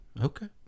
Okay